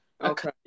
okay